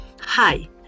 Hi